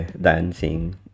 dancing